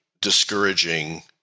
discouraging